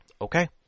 okay